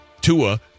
Tua